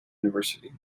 university